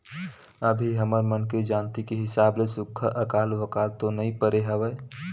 अभी हमर मन के जानती के हिसाब ले सुक्खा अकाल वकाल तो नइ परे हवय